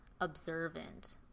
observant